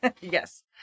Yes